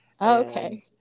okay